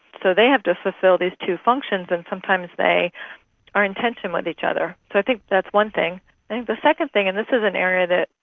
so they have to fulfil these two functions and sometimes they are in tension with each other. so i think that's one thing. i think the second thing, and this is an area that.